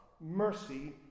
mercy